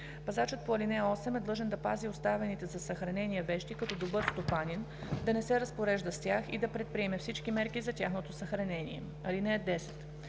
Пазачът по ал. 8 е длъжен да пази оставените на съхранение вещи като добър стопанин, да не се разпорежда с тях и да предприеме всички мерки за тяхното съхранение. (10)